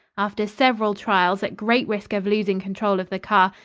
after several trials at great risk of losing control of the car,